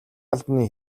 албаны